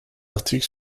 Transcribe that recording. articles